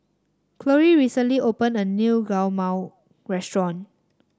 Chloie recently opened a new Guacamole restaurant